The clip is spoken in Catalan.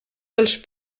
dels